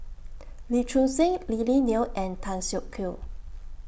Lee Choon Seng Lily Neo and Tan Siak Kew